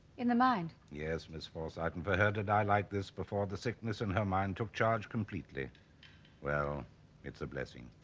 in the mind? yes miss for certain for her to die like this before the sickness and her mind took charge completely well it's a blessing